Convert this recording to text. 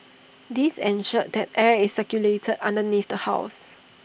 this ensured that air is circulated underneath the house